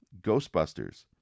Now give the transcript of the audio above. Ghostbusters